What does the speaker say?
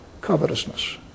covetousness